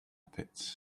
pits